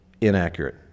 Inaccurate